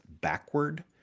backward